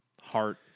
heart